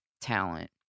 talent